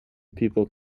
people